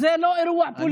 זה לא אירוע פוליטי.